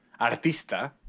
Artista